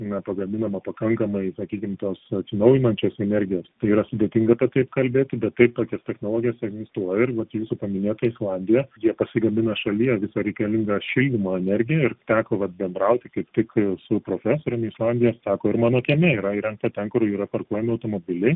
nepagaminama pakankamai sakykim tos atsinaujinančios energijos tai yra sudėtinga apie tai kalbėti bet taip tokios technologijos egzistuoja ir vat jūsų paminėta islandija jie pasigamina šalyje visą reikalingą šildymo energiją ir teko vat bendrauti kaip tik su profesoriumi islandijos sako ir mano kieme yra įrengta ten kur yra parkuojami automobiliai